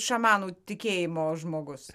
šamanų tikėjimo žmogus